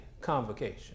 convocation